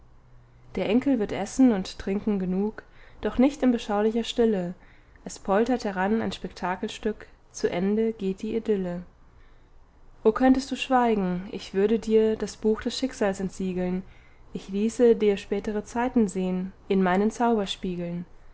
der enkel wird essen und trinken genug doch nicht in beschaulicher stille es poltert heran ein spektakelstück zu ende geht die idylle oh könntest du schweigen ich würde dir das buch des schicksals entsiegeln ich ließe dir spätere zeiten sehn in meinen zauberspiegeln